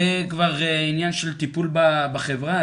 זה כבר ענייו של טיפול בחברה,